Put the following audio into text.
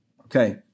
okay